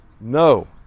no